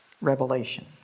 revelation